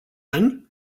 ani